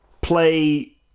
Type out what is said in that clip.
Play